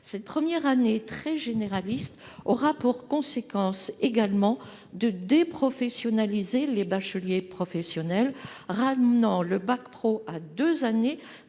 Cette première année, très généraliste, aura également pour conséquence de déprofessionnaliser les bacheliers professionnels, ramenant le bac pro à deux années